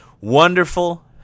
Wonderful